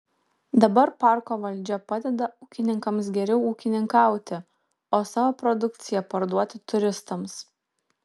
dabar parko valdžia padeda ūkininkams geriau ūkininkauti o savo produkciją parduoti turistams